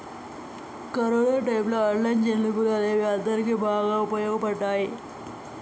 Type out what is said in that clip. corona టైయ్యంలో online చెల్లింపులు అనేవి అందరికీ బాగా వుపయోగపడ్డయ్యి